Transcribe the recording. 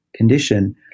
condition